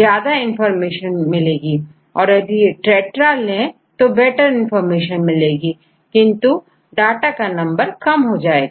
ज्यादा इंफॉर्मेशन मिलेगी और यदि टेट्रा ले तो बैटर इंफॉर्मेशन मिलेगी किंतु डाटा का नंबर कम हो जाएगा